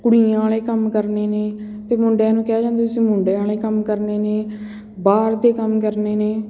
ਕੁੜੀਆਂ ਵਾਲੇ ਕੰਮ ਕਰਨੇ ਨੇ ਅਤੇ ਮੁੰਡਿਆਂ ਨੂੰ ਕਿਹਾ ਜਾਂਦਾ ਤੁਸੀਂ ਮੁੰਡਿਆਂ ਵਾਲੇ ਕੰਮ ਕਰਨੇ ਨੇ ਬਾਹਰ ਦੇ ਕੰਮ ਕਰਨੇ ਨੇ